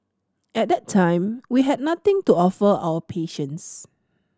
at that time we had nothing to offer our patients